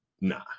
nah